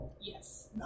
Yes